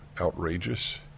outrageous